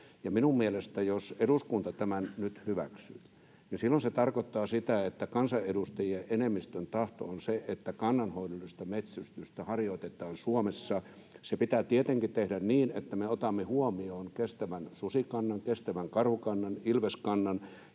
minun mielestäni, jos eduskunta tämän nyt hyväksyy, niin silloin se tarkoittaa sitä, että kansanedustajien enemmistön tahto on se, että kannanhoidollista metsästystä harjoitetaan Suomessa. [Anne Kalmari: Kyllä!] Se pitää tietenkin tehdä niin, että me otamme huomioon kestävän susikannan, kestävän karhukannan, ilveskannan